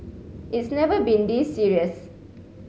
it's never been this serious